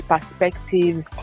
perspectives